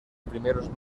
primeros